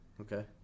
Okay